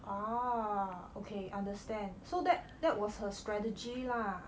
ah okay understand so that that was her strategy lah